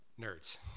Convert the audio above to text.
nerds